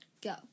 go